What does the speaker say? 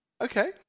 Okay